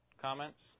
comments